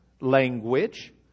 language